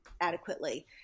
adequately